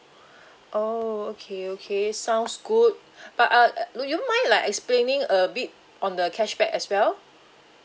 oh okay okay sounds good but I would you mind like explaining a bit on the cashback as well